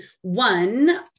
one